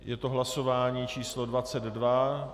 Je to hlasování číslo 22.